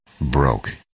broke